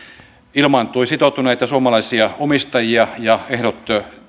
ilmaantui sitoutuneita suomalaisia omistajia ja ehdot